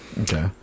Okay